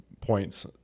points